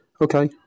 Okay